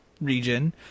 region